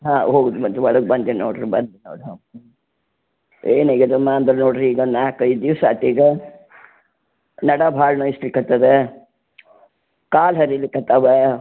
ಹಾಂ ಹೌದು ಮತ್ತು ಒಳಗೆ ಬಂದೆ ನೋಡಿರಿ ಬಂದೆ ನೋಡಿರಿ ಹಾಂ ಏನು ಆಗ್ಯದಮ್ಮ ಅಂದ್ರೆ ನೋಡಿರಿ ಈಗ ಒಂದು ನಾಲ್ಕೈದು ದಿವಸ ಆಯ್ತು ಈಗ ನಡ ಭಾಳ ನೋಯಿಸಲಿಕತ್ತದ ಕಾಲು ಹರಿಲಿಕತ್ತವೆ